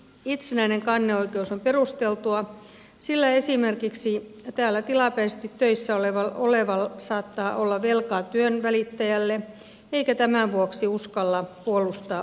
itsenäinen kanneoikeus on perusteltua sillä esimerkiksi täällä tilapäisesti töissä oleva saattaa olla velkaa työnvälittäjälle eikä tämän vuoksi uskalla puolustaa oikeuksiaan